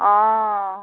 অঁ